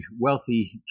wealthy